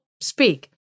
speak